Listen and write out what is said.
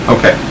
Okay